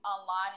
online